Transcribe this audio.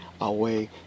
away